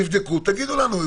תבדקו ותגידו לנו.